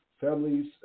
families